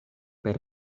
per